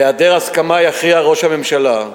בהיעדר הסכמה יכריע ראש הממשלה.